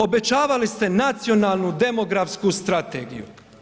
Obećavali ste nacionalnu demografsku strategiju.